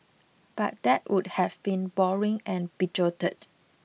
but that would have been boring and bigoted